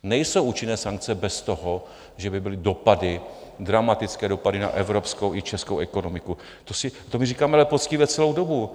Nejsou účinné sankce bez toho, že by byly dopady, dramatické dopady na evropskou i českou ekonomiku, to my ale říkáme poctivě celou dobu.